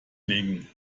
legen